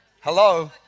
Hello